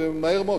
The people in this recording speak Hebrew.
ומהר מאוד,